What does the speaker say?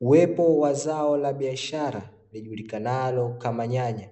Uwepo wa zao la biashara lijulikanalo kama nyanya,